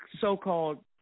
so-called